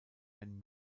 ein